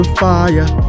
fire